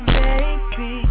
baby